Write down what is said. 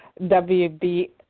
WB